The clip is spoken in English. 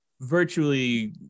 virtually